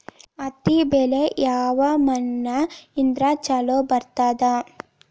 ಹತ್ತಿ ಬೆಳಿ ಯಾವ ಮಣ್ಣ ಇದ್ರ ಛಲೋ ಬರ್ತದ?